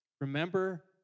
Remember